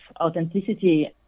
authenticity